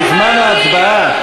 בזמן ההצבעה?